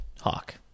Hawk